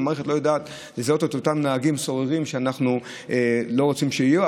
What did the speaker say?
המערכת לא יודעת לזהות את אותם נהגים סוררים שאנחנו לא רוצים שיהיו.